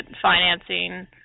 financing